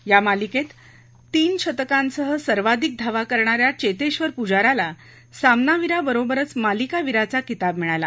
या मालिकेत तीन शतकांसह सर्वाधिक धावा करणाऱ्या चेतेश्वर पुजाराला सामनावीराबरोबरच मालिकावीराचा किताब मिळाला